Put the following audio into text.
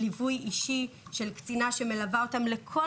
יש ליווי אישי של קצינה שמלווה אותם לכל